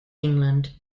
england